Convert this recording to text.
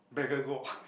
beggar